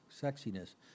sexiness